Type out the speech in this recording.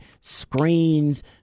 screens